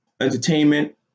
entertainment